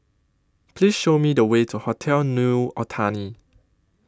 Please Show Me The Way to Hotel New Otani